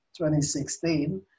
2016